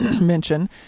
mention